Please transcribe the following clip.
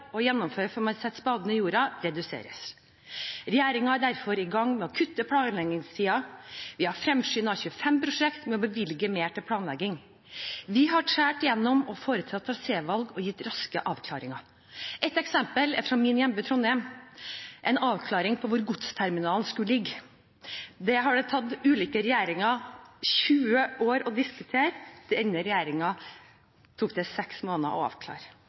gjennomføre fra man setter spaden i jorda, reduseres. Regjeringen er derfor i gang med å kutte planleggingstiden, vi har fremskyndet 25 prosjekter ved å bevilge mer til planlegging. Vi har skåret igjennom og foretatt trasévalg og gitt raske avklaringer. Et eksempel fra min hjemby, Trondheim, er en avklaring av hvor godsterminalen skulle ligge. Det har det tatt ulike regjeringer 20 år å diskutere, for denne regjeringen tok det 6 måneder å avklare.